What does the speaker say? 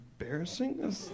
embarrassing